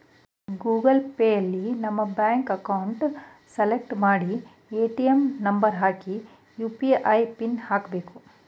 Google ಪೇಯಲ್ಲಿ ನಮ್ಮ bank account select ಮಾಡಿ ಎ.ಟಿ.ಎಂ ನಂಬರ್ ಹಾಕಿ ಯು.ಪಿ.ಐ ಪಿನ್ ಹಾಕ್ಬೇಕು